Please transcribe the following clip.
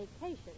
vacation